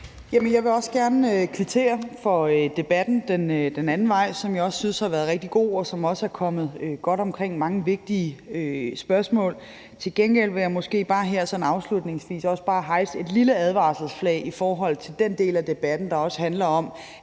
Jeg vil gerne kvittere den anden vej for debatten, som jeg også synes har været rigtig god, og som også er kommet godt omkring mange vigtige spørgsmål. Til gengæld vil jeg her afslutningsvis bare hejse et lille advarselsflag i forhold til den del af debatten, der handler om,